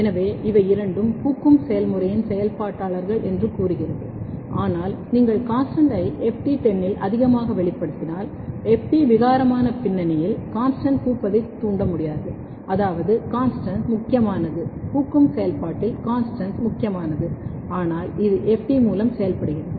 எனவே இவை இரண்டும் பூக்கும் செயல்முறையின் செயல்பாட்டாளர்கள் என்று கூறுகிறது ஆனால் நீங்கள் CONSTANS T ஐ FT 10 இல் அதிகமாக வெளிப்படுத்தினால் FT விகாரமான பின்னணியில் CONSTANS T பூப்பதைத் தூண்ட முடியாது அதாவது CONSTANS T முக்கியமானது பூக்கும் செயல்பாட்டில் CONSTANS T முக்கியமானது ஆனால் இது FT மூலம் செயல்படுகிறது